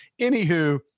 Anywho